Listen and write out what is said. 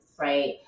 right